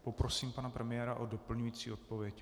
Poprosím pana premiéra o doplňující odpověď.